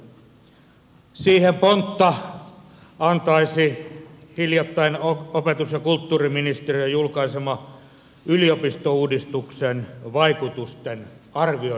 siihen pontta antaisi opetus ja kulttuuriministeriön hiljattain julkaisema yliopistouudistuksen vaikutusten arviointiselvitys